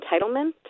entitlement